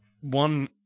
one